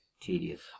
tedious